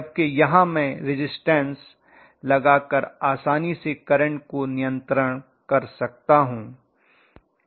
जबकि यहाँ मैं रिज़िस्टन्स लगा कर आसानी से करंट को नियंत्रण कर सकता हूँ